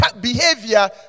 behavior